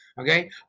Okay